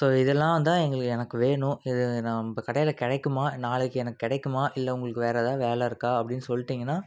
so இதெல்லாம் தான் எங்கள் எனக்கு வேணும் இது நம்ப கடையில் கிடைக்குமா நாளைக்கு எனக்கு கிடைக்குமா இல்லை உங்களுக்கு வேறு ஏதாது வேலை இருக்கா அப்படின்னு சொல்லிட்டிங்கனா